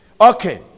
Okay